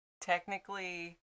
technically